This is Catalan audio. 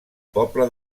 poble